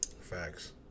Facts